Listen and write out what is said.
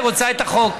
היא רוצה את החוק.